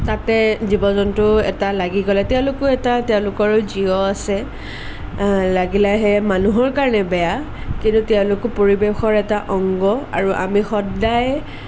তাতে জীৱ জন্তু এটা লাগি গ'লে তেওঁলোকো এটা তেওঁলোকৰো জীৱ আছে লাগিলে সেয়া মানুহৰ কাৰণে বেয়া কিন্তু তেওঁলোকো পৰিৱেশৰ এটা অংগ আৰু আমি সদায়